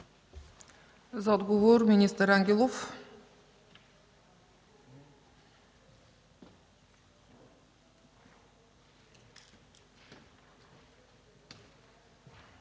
За отговор – министър Ангелов.